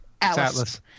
Atlas